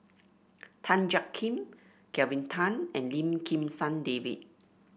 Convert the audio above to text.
Tan Jiak Kim Kelvin Tan and Lim Kim San David